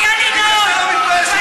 עד שזה לא הגיע לחקירות,